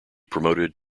promoted